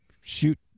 shoot